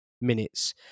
minutes